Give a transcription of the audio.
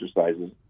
exercises